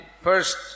First